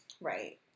Right